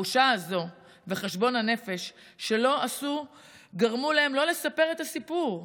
הבושה הזו וחשבון הנפש שלא עשו גרמו להם לא לספר את הסיפור,